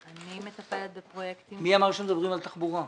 אני מטפלת בפרויקטים --- מי אמר שמדברים על תחבורה?